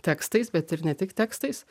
tekstais bet ir ne tik tekstais